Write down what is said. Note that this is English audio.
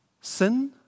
sin